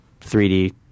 3D